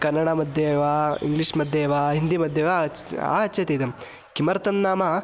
कन्नडमध्ये वा इङ्ग्लिश् मध्ये वा हिन्दी मध्ये वा आगच्छति आगच्छति इदं किमर्थं नाम